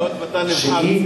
היות שאתה נבחר ציבור,